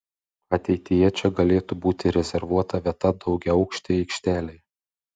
ateityje čia galėtų būti rezervuota vieta daugiaaukštei aikštelei